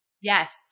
Yes